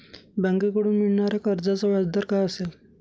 बँकेकडून मिळणाऱ्या कर्जाचा व्याजदर काय असेल?